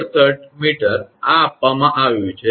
68 𝑚 આ આપવામાં આવ્યું છે